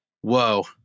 whoa